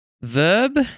Verb